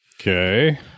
Okay